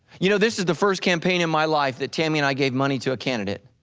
you know, this is the first campaign in my life that tammy and i gave money to a candidate,